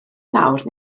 nawr